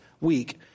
week